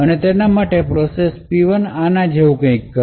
તેના માટે process P1 આના જેવું કરશે